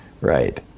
Right